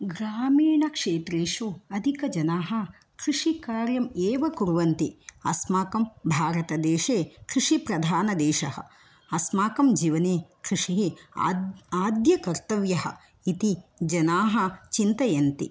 ग्रामीणक्षेत्रेषु अधिकजनाः कृषिकार्यम् एव कुर्वन्ति अस्माकं भारतदेशे कृषिप्रधानदेशः अस्माकं जीवने कृषिः आद् आद्यकर्तव्यः इति जनाः चिन्तयन्ति